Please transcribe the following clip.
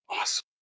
awesome